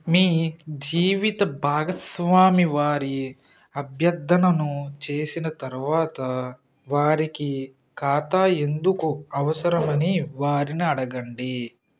మీ జీవిత భాగస్వామి వారి అభ్యర్థనను చేసిన తర్వాత వారికి ఖాతా ఎందుకు అవసరమని వారిని అడగండి